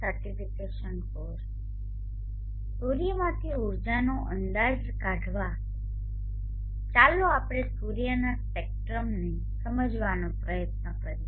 સૂર્યમાંથી ઊર્જાનો અંદાજ કાઢવા માટે ચાલો આપણે સૂર્યના સ્પેક્ટ્રમને સમજવાનો પ્રયત્ન કરીએ